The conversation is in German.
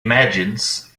imagines